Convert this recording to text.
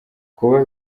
kuba